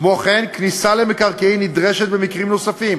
כמו כן, כניסה למקרקעין נדרשת במקרים נוספים,